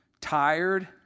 tired